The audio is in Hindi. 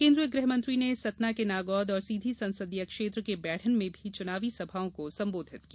केन्द्रीय गृहमंत्री ने सतना के नागौद और सीधी संसदीय क्षेत्र के बैढ़न में भी चुनावी सभाओं को संबोधित किया